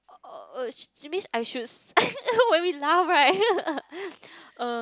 oh she mean I should when we laugh right uh